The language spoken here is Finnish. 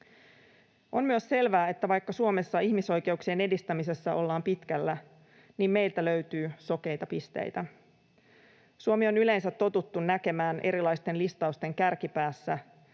On myös selvää, että vaikka Suomessa ihmisoikeuksien edistämisessä ollaan pitkällä, meiltä löytyy sokeita pisteitä. Suomi on yleensä totuttu näkemään erilaisten listausten kärkipäässä,